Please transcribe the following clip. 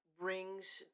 brings